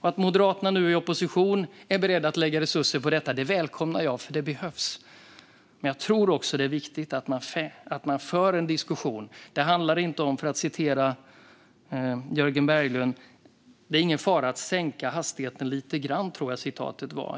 Att Moderaterna nu i opposition är beredda att lägga resurser på detta välkomnar jag, för det behövs. Men jag tror också att det är viktigt att man för en diskussion. Jag tror att Jörgen Berglund sa att det inte är någon fara att sänka hastigheten lite grann.